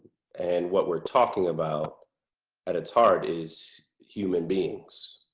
and what we're talking about at its heart is human beings.